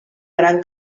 gran